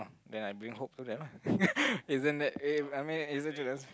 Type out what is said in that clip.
then I bring hope for them ah isn't that eh I mean